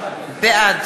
בעד